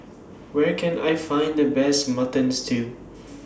Where Can I Find The Best Mutton Stew